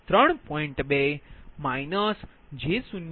તેથીIg2I2I43